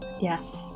yes